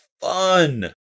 fun